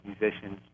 musicians